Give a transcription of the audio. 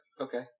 Okay